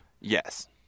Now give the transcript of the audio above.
Yes